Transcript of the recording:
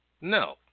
no